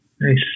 Nice